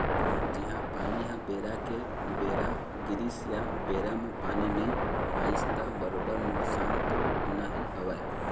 जिहाँ पानी ह बेरा के उबेरा गिरिस या बेरा म पानी नइ आइस त बरोबर नुकसान तो होना ही हवय